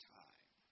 time